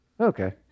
Okay